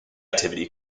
activity